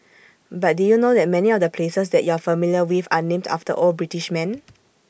but did you know that many of the places that you're familiar with are named after old British men